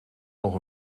nog